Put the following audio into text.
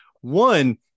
one